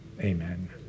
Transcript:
Amen